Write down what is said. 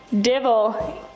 devil